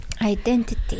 Identity